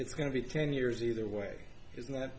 it's going to be ten years either way is not